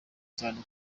cyane